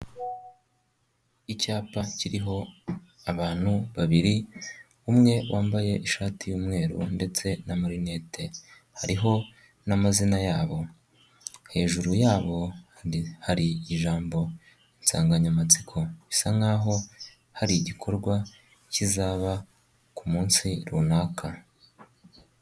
Icyapa kiriho abantu babiri umwe wambaye ishati y'umweru ndetse n'amarinete hariho n'amazina yabo, hejuru yabo hari ijambo insanganyamatsiko bisa nkaho hari igikorwa kizaba ku munsi runaka.